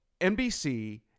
NBC